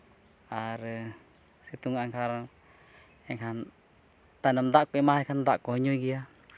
ᱟᱨ ᱥᱤᱛᱩᱝ ᱟᱸᱜᱷᱟᱲ ᱮᱱᱠᱷᱟᱱ ᱛᱟᱭᱱᱚᱢ ᱫᱟᱜ ᱠᱚ ᱮᱢᱟᱭ ᱠᱷᱟᱱ ᱫᱟᱜ ᱠᱚ ᱦᱚᱸᱭ ᱧᱩᱭ ᱜᱮᱭᱟ